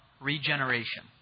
regeneration